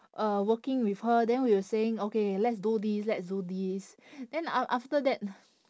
uh working with her then we were saying okay let's do this let's do this then a~ after that